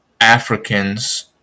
Africans